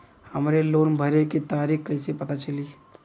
हमरे लोन भरे के तारीख कईसे पता चली?